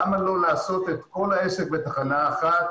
למה לא לעשות את כל העסק בתחנה אחת?